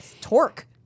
torque